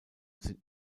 sind